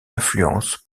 influence